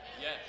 Yes